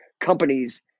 companies